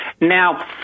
Now